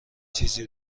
چیزی